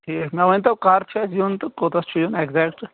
ٹھیٖک مےٚ ؤنۍتَو کَر چھُ اَسہِ یُن تہٕ کوٚتتھ چھُ یُن ایٚکزیٚکٹہٕ